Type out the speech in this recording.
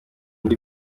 ndi